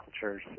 cultures